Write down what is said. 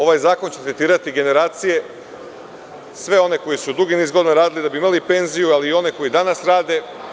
Ovaj zakon će tretirati generacije, sve one koji su dugi niz godina radili da bi imali penziju, ali i one koji danas rade.